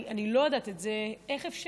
אני לא יודעת איך אפשר,